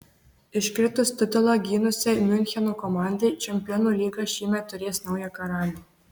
iškritus titulą gynusiai miuncheno komandai čempionų lyga šįmet turės naują karalių